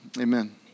Amen